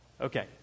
Okay